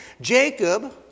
Jacob